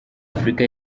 afurika